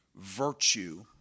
virtue